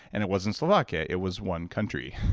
and it wasn't slovakia. it was one country.